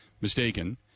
Mistaken